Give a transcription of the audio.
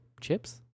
Chips